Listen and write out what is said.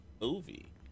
movie